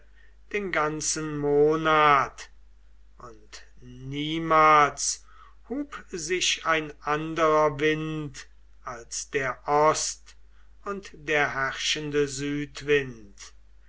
den ganzen monat und niemals hub sich ein anderer wind als der ost und der herrschende südwind